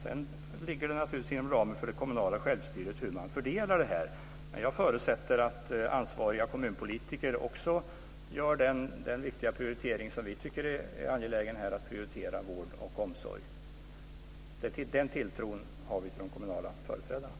Sedan ligger det naturligtvis inom ramen för det kommunala självstyret hur man fördelar dessa resurser. Men jag förutsätter att ansvariga kommunpolitiker också gör den prioritering som vi anser är viktig, nämligen att prioritera vård och omsorg. Den tilltron har vi till de kommunala företrädarna.